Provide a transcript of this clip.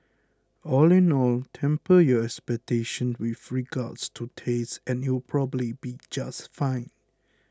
all in all temper your expectations with regards to taste and it'll probably be just fine